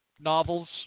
novels